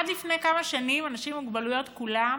עד לפני כמה שנים, אנשים עם מוגבלויות כולם